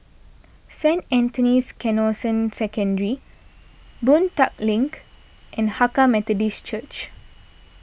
Saint Anthony's Canossian Secondary Boon Tat Link and Hakka Methodist Church